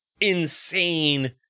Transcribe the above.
insane